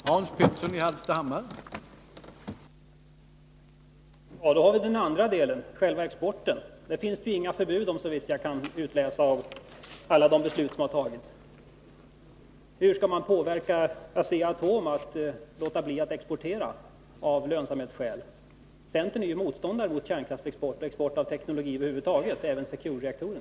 Herr talman! Då har vi den andra delen — själva exporten. Det finns inga förbud att exportera kärnkraft, såvitt jag kan utläsa av alla beslut som har fattats. Hur skall man när man lämnat allt inflytande i företaget påverka Asea-Atom att låta bli att exportera av lönsamhetsskäl? Centern är motståndare till kärnkraftsexport och export av teknologi över huvud taget, även av Securereaktorer.